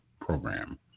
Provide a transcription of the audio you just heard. program